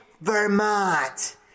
Vermont